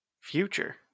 Future